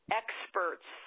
experts